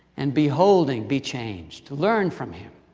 and beholding, be changed learn from him.